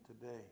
today